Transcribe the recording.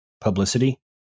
publicity